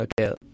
Okay